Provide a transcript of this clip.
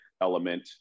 element